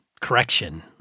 correction